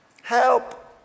Help